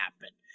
happen